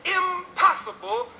impossible